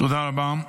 תודה רבה.